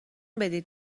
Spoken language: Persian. بدید